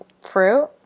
fruit